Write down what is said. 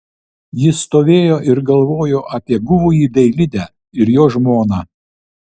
ji stovėjo ir galvojo apie guvųjį dailidę ir jo žmoną